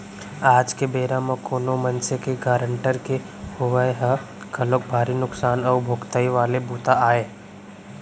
आज के बेरा म कोनो मनसे के गारंटर के होवई ह घलोक भारी नुकसान अउ भुगतई वाले बूता आय